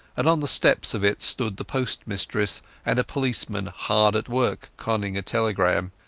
and on the steps of it stood the postmistress and a policeman hard at work conning a telegram.